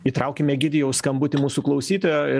įtraukime egidijaus skambutį mūsų klausytojo ir